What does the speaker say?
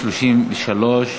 סליחה,